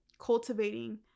cultivating